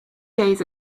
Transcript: days